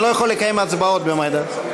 אני לא יכול לקיים הצבעות במועד הזה.